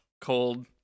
cold